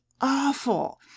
awful